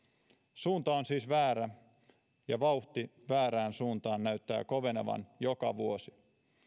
suunta on siis väärä ja vauhti väärään suuntaan näyttää kovenevan joka vuosi